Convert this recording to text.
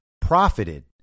profited